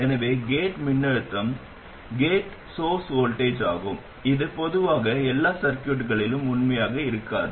எனவே கேட் மின்னழுத்தமே gate source voltage ஆகும் இது பொதுவாக எல்லா சர்கியூட்களிலும் உண்மையாக இருக்காது